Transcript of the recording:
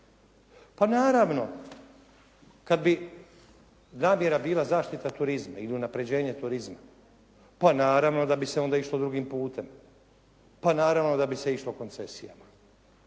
Pa naravno kad bi namjera bila zaštita turizma ili unapređenje turizma, pa naravno da bi se onda išlo drugim putem, pa naravno da bi se išlo koncesijama,